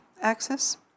axis